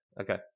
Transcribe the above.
Okay